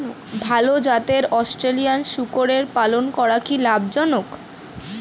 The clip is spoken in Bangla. ভাল জাতের অস্ট্রেলিয়ান শূকরের পালন করা কী লাভ জনক?